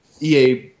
EA